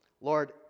Lord